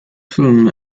film